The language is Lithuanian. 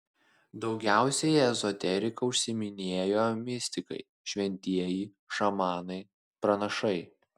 daugiausiai ezoterika užsiiminėjo mistikai šventieji šamanai pranašai